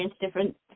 different